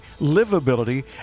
livability